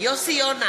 יוסי יונה,